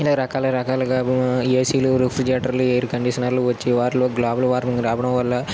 ఇలా రకాల రకాలుగా ఏసీలు రిఫ్రిజిరేటర్లు ఎయిర్ కండిషనర్లు వచ్చి వాటిలో గ్లోబల్ వార్మింగ్ రావడం వల్ల